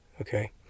Okay